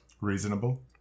Reasonable